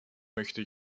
möchte